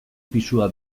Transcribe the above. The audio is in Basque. pisua